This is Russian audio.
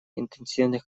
интенсивных